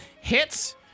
Hits